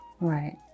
Right